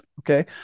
okay